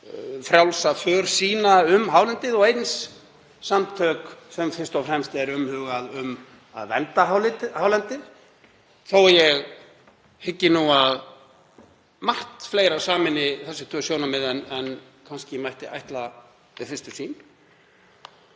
frjálsa för sína um hálendið og eins samtök sem fyrst og fremst er umhugað um að vernda hálendið, þó að ég hyggi nú að margt fleira sameini þessi tvö sjónarmið en kannski mætti ætla við fyrstu sýn.